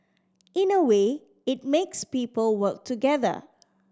in a way it makes people work together